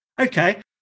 Okay